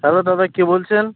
hello দাদা কে বলছেন